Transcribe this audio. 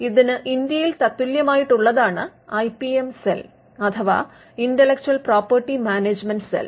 ഇതിന് ഇന്ത്യയിൽ തത്തുല്യമായിട്ടുള്ളതാണ് ഐ പി എം സെൽ അഥവാ ഇന്റലെക്ച്ചൽ പ്രോപ്പർട്ടി മാനേജ്മന്റ് സെൽ